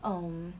um